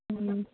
ம்